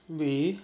really